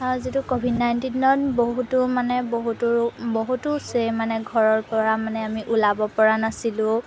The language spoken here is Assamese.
আৰু যিটো ক'ভিড নাইণ্টিনত বহুতো মানে বহুতো বহুতো মানে ঘৰৰপৰা মানে আমি ওলাবপৰা নাছিলোঁ